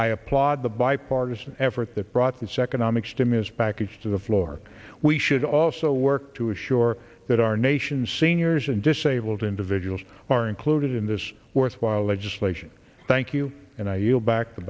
i applaud the bipartisan effort that brought the second amik stimulus package to the floor we should also work to ensure that our nation's seniors and disabled individuals are included in this worthwhile legislation thank you and i yield back t